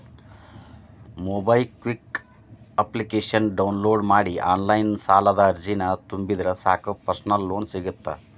MobiKwik application download ಮಾಡಿ online ಸಾಲದ ಅರ್ಜಿನ ತುಂಬಿದ್ರ ಸಾಕ್ ಪರ್ಸನಲ್ ಲೋನ್ ಸಿಗತ್ತ